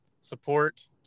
support